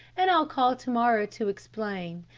and i'll call to-morrow to explain.